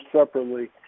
separately